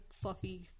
fluffy